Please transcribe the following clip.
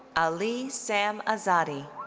ali sam azadi.